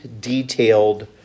detailed